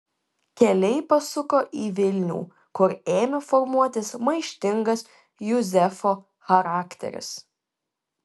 keliai pasuko į vilnių kur ėmė formuotis maištingas juzefo charakteris